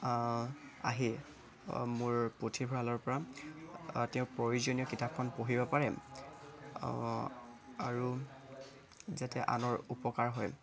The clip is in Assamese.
আহি মোৰ পুথভঁৰালৰ পৰা তেওঁক প্ৰয়োজনীয় কিতাপখন পঢ়িব পাৰে আৰু যাতে আনৰ উপকাৰ হয়